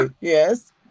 Yes